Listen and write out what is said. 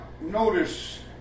notice